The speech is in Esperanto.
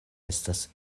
estos